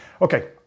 Okay